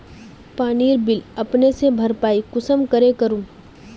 पानीर बिल अपने से भरपाई कुंसम करे करूम?